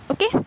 Okay